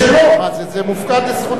זה מופקד לזכותו.